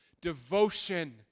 Devotion